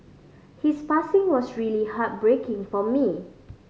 his passing was really heartbreaking for me